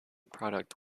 product